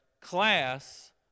class